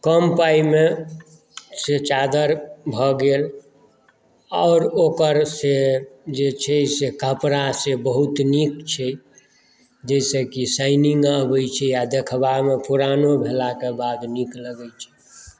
कम पाइमे से चादरि भऽ गेल आओर ओकर से जे छै से कपड़ा से बहुत नीक छै जाहिसँ कि साइनिंग आबै छै आ देखबामे पुरानो भेलाके बाद नीक लागै छै